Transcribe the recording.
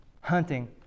Hunting